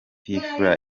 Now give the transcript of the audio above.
fla